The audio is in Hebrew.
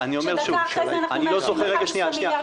כשדבר כזה, אנחנו מאשרים 11 מיליארד שקל.